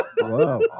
Wow